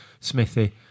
Smithy